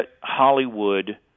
Hollywood